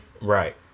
Right